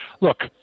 Look